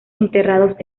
enterrados